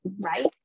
right